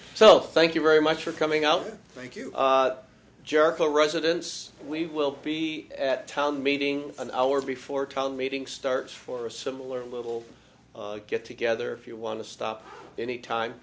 so thank you very much for coming out thank you jericho residents we will be at town meeting an hour before a town meeting starts for a similar little get together if you want to stop any time